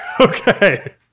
Okay